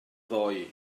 ddoe